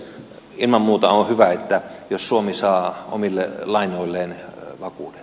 ilman muuta on hyvä jos suomi saa omille lainoilleen vakuudet